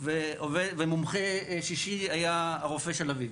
ומומחה שישי היה הרופא של אביו.